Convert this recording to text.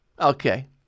Okay